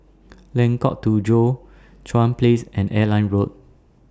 Lengkok Tujoh Chuan Place and Airline Road